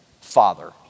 father